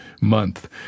month